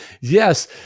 yes